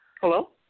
Hello